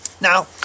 Now